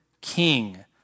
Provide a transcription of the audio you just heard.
king